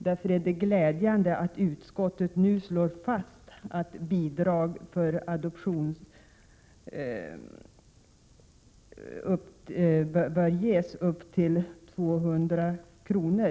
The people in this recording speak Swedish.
Därför är det glädjande att utskottet nu slår fast att bidrag för adoption bör ges upp till 20 000 kr.